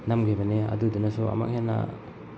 ꯅꯝꯈꯤꯕꯅꯤ ꯑꯗꯨꯗꯨꯅꯁꯨ ꯑꯃꯨꯛ ꯍꯦꯟꯅ